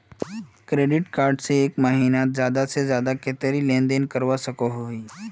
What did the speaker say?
Credit card से एक महीनात ज्यादा से ज्यादा कतेरी लेन देन करवा सकोहो ही?